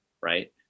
right